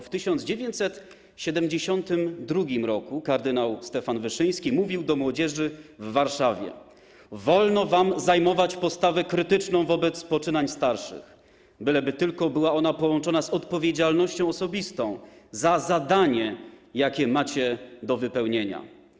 W 1972 r. kard. Stefan Wyszyński mówił do młodzieży w Warszawie: Wolno wam zajmować postawę krytyczną wobec poczynań starszych, byleby tylko była ona połączona z odpowiedzialnością osobistą za zadanie, jakie macie do wypełnienia.